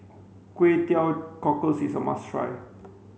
kway teow cockles is a must try